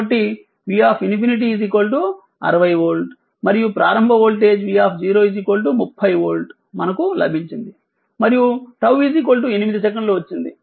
కాబట్టి V∞ 60 volt మరియు ప్రారంభ వోల్టేజ్ v 30 వోల్ట్ మనకు లభించింది మరియు 𝜏 8 సెకన్లు వచ్చింది